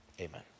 amen